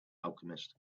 alchemist